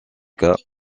cas